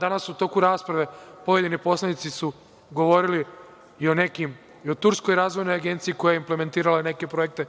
Danas u toku rasprave pojedini poslanici su govorili i o nekim i o Turskoj razvojnoj agenciji, koja je implementirala neke projekte,